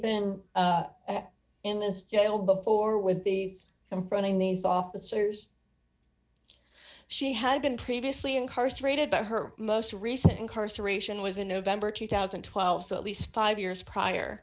been in this job before with the running these officers she had been previously incarcerated by her most recent incarceration was in november two thousand and twelve so at least five years prior